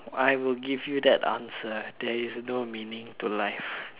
I will give you that answer there is no meaning to life